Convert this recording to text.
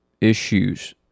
issues